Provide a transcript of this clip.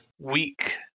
Weak